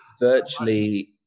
Virtually